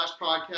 Podcast